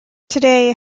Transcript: today